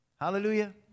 Hallelujah